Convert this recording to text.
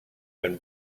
been